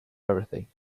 everything